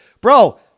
bro